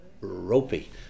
ropey